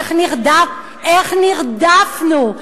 איך נרדפנו,